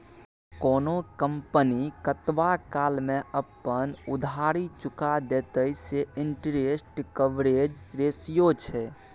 कोनो कंपनी कतबा काल मे अपन उधारी चुका देतेय सैह इंटरेस्ट कवरेज रेशियो छै